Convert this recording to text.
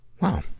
Wow